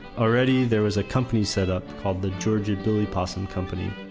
already there was a company set up called the georgia billy possum company.